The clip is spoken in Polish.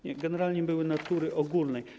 Nie, generalnie były one natury ogólnej.